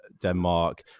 Denmark